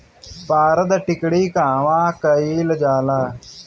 पारद टिक्णी कहवा कयील जाला?